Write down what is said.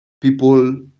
people